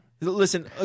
Listen